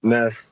Ness